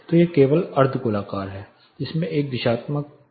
तो यह केवल अर्ध गोलाकार है जिसमें एक दिशात्मक मात्रा पेश की जाती है